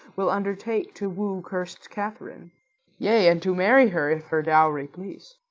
will undertake to woo curst katherine yea, and to marry her, if her dowry please.